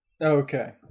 Okay